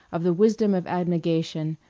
of the wisdom of abnegation,